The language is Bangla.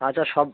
আচ্ছা সব